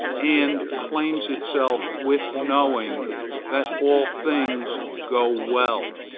and calms itself with knowing that all things go well.